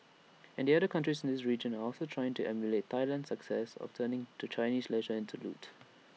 and other countries in the region are also trying to emulate Thailand's success of turning to Chinese leisure into loot